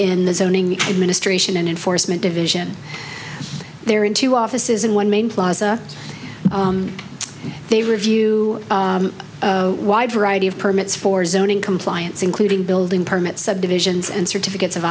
zoning administration and enforcement division there in two offices in one main plaza they review wide variety of permits for zoning compliance including building permits subdivisions and certificates of